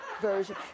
version